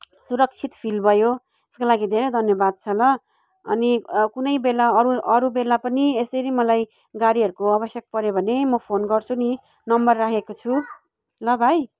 सुरक्षित फिल भयो त्यसको लागि धेरै धन्यवाद छ ल अनि कुनै बेला अरू अरू बेला पनि यसरी मलाई गाडीहरूको आवश्यक पऱ्यो भने म फोन गर्छु नि नम्बर राखेको छु ल भाइ